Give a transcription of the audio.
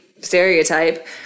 stereotype